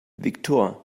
viktor